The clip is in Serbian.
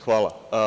Hvala.